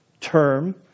term